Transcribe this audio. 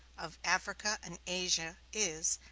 of africa and asia is,